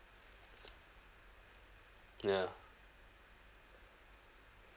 ya